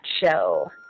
show